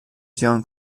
جان